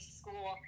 school